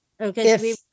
Okay